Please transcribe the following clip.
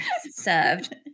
served